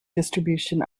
distribution